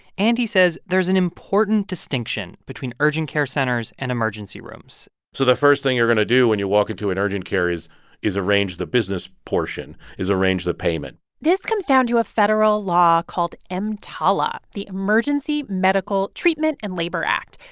and he says there's an important distinction between urgent care centers and emergency rooms so the first thing you're going to do when you walk into an urgent care is is arrange the business portion is arrange the payment this comes down to a federal law called emtala, the emergency medical treatment and labor act.